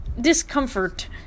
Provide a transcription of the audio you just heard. discomfort